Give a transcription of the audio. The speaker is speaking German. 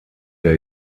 der